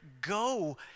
go